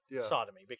sodomy